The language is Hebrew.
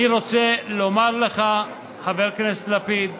אני רוצה לומר לך, חבר הכנסת לפיד,